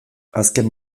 azken